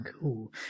Cool